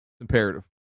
Imperative